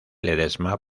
ledesma